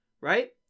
Right